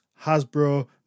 Hasbro